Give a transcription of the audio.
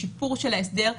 השיפור של ההסדר.